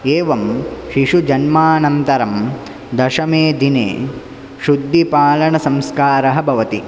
एवं शिशुजन्मानन्तरं दशमे दिने शुद्धिपालनसंस्कारः भवति